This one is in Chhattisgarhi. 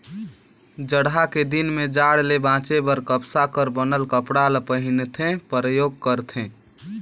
जड़हा के दिन में जाड़ ले बांचे बर कपसा कर बनल कपड़ा ल पहिनथे, परयोग करथे